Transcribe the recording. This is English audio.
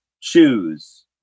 choose